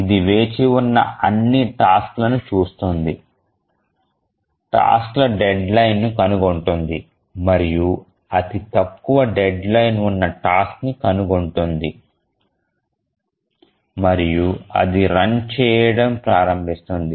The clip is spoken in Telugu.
ఇది వేచి ఉన్న అన్ని టాస్క్ లను చూస్తుంది టాస్క్ ల డెడ్లైన్ను కనుగొంటుంది మరియు అతి తక్కువ డెడ్లైన్ ఉన్న టాస్క్ ని కనుగొంటుంది మరియు అది రన్ చేయడం ప్రారంభిస్తుంది